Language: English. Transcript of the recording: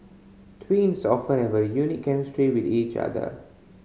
twins often have a unique chemistry with each other